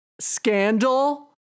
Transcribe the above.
Scandal